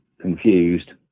confused